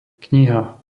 kniha